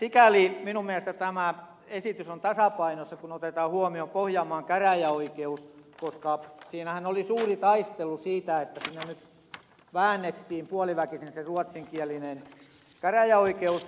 sikäli minun mielestäni tämä esitys on tasapainossa kun otetaan huomioon pohjanmaan käräjäoikeus koska siinähän oli suuri taistelu siitä että sinne nyt väännettiin puoliväkisin se ruotsinkielinen käräjäoikeus